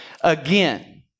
again